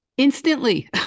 Instantly